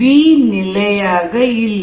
we யும் நிலையாக இல்லை